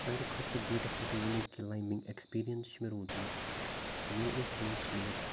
ساروی کھۄتہٕ بِیوٗٹِفُل تہٕ یوٗنیٖک کٕلایںبِنٛگ ایکسپیٖریَنٛس چھُ مےٚ روٗدمُت ییٚلہِ أسۍ دوس مِلِتھ